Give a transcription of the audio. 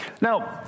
Now